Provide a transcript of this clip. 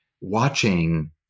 watching